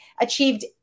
achieved